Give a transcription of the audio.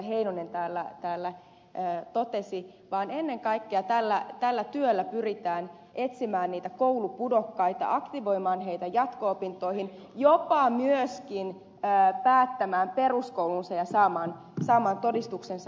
heinonen täällä totesi vaan ennen kaikkea tällä työllä pyritään etsimään niitä koulupudokkaita aktivoimaan heitä jatko opintoihin jopa myöskin päättämään peruskoulunsa ja saamaan todistuksensa ulos